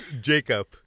Jacob